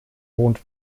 wohnt